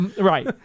Right